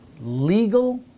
legal